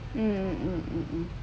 mmhmm